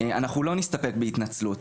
אנחנו לא נסתפק בהתנצלות,